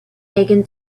megan